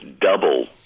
double